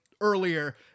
earlier